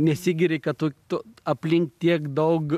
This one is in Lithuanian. nesigiri kad tu tu aplink tiek daug